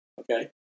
okay